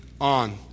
on